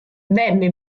venne